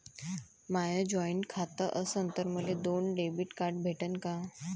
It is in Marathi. माय जॉईंट खातं असन तर मले दोन डेबिट कार्ड भेटन का?